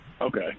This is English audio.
okay